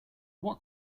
what